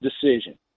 decision